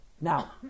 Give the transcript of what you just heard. Now